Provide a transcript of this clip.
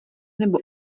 nebo